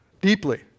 deeply